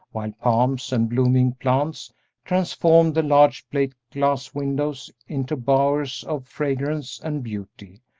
while palms and blooming plants transformed the large plate-glass windows into bowers of fragrance and beauty,